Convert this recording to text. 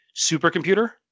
supercomputer